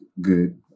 good